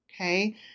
Okay